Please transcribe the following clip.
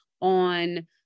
on